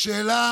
השאלה